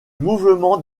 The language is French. mouvement